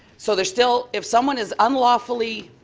so they are still. if someone is unlawfully,